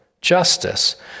justice